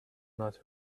not